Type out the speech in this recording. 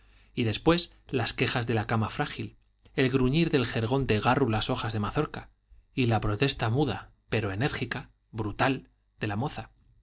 y después las quejas de la cama frágil el gruñir del jergón de gárrulas hojas de mazorca y la protesta muda pero enérgica brutal de la moza